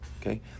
okay